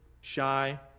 shy